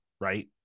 Right